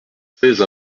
seize